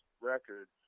records